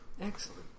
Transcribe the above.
Excellent